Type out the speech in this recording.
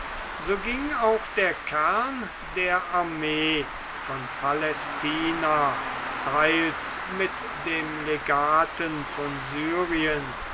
so ging auch der kern der armee von palästina teils mit dem legaten von syrien